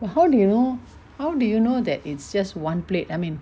oh how do you know how do you know that it's just one plate I mean